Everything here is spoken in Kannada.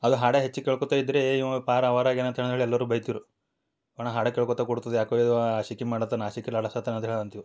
ಅದ ಹಾಡು ಹೆಚ್ಗಿ ಕೇಳ್ಕೊತಾ ಇದ್ದರೆ ಇವ ಪಾರಾ ಹೊರಗಿನ ಅಂತೇಳಿ ಎಲ್ಲರೂ ಬೈತಿದ್ದರು ಇವ ಹಾಡಾ ಕೇಳ್ಕೋತಾ ಕೂಡ್ತಿದ್ರ ಯಾಕೋ ಇವಾ ಆಶಿಕಿ ಮಾಡ್ತಾನೆ ಆಶಿಕಿ ನಡಸ್ಲತನ ಅಂತೇಳಿ ಅಂತಿದ್ದರು